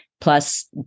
plus